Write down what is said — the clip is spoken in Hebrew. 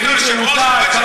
האם היית יושב-ראש מועצת,